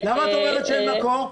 למה את אומרת שאין מקור?